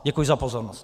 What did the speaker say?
Děkuji za pozornost.